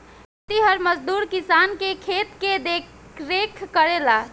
खेतिहर मजदूर किसान के खेत के देखरेख करेला